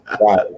Right